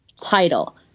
Title